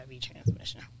transmission